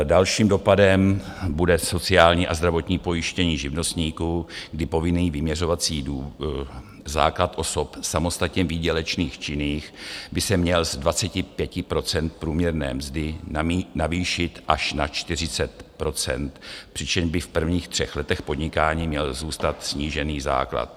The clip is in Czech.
Dalším dopadem bude sociální a zdravotní pojištění živnostníků, kdy povinný vyměřovací základ osob samostatně výdělečných činných by se měl z 25 % průměrné mzdy navýšit až na 40 %, přičemž by v prvních třech letech podnikání měl zůstat snížený základ.